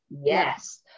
Yes